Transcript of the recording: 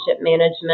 management